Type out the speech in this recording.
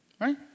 right